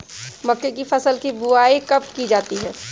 मक्के की फसल की बुआई कब की जाती है?